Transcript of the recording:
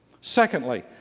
Secondly